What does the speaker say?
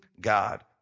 God